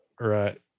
Right